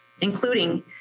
including